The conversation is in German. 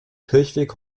kirchweg